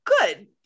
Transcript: good